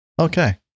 Okay